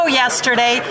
yesterday